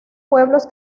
pueblos